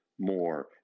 more